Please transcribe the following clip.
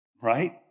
right